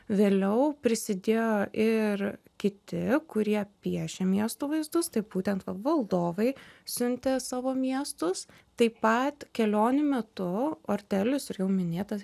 vėliau prisidėjo ir kiti kurie piešė miesto vaizdus tai būtent va valdovai siuntė savo miestus taip pat kelionių metu ortelijus ir jau minėtas